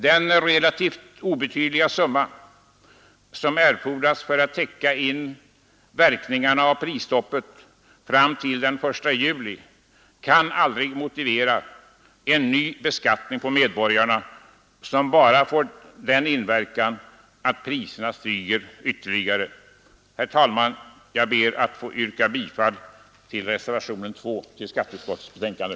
Den relativt obetydliga summa som erfordras för att täcka in verkningarna av prisstoppet fram till den 1 juli kan aldrig motivera en ny beskattning på medborgarna, som bara får sådan verkan att priserna stiger ytterligare. Herr talman! Jag ber att få yrka bifall till reservationen 2 till skatteutskottets betänkande.